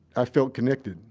i felt connected.